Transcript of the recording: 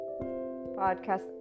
podcast